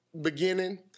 beginning